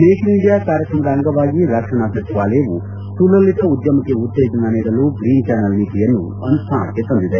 make in India ಕಾರ್ಯಕ್ರಮದ ಅಂಗವಾಗಿ ರಕ್ಷಣಾ ಸಚಿವಾಲಯವು ಸುಲಲಿತ ಉದ್ಯಮಕ್ಕೆ ಉತ್ತೇಜನ ನೀಡಲು ಗ್ರೀನ್ ಚಾನೆಲ್ ನೀತಿಯನ್ನು ಅನುಷ್ಟಾನಕ್ಕೆ ತಂದಿದೆ